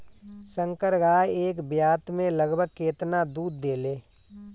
संकर गाय एक ब्यात में लगभग केतना दूध देले?